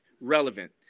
Relevant